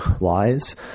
lies